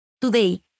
Today